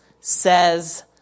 says